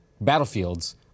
Battlefields